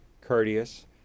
courteous